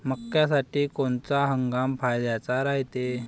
मक्क्यासाठी कोनचा हंगाम फायद्याचा रायते?